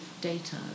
data